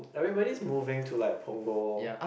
everybody's moving to like Punggol